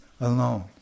alone